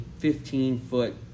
15-foot